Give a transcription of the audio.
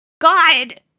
God